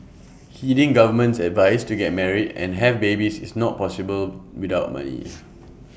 heeding government's advice to get married and have babies is not possible without money